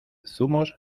zumos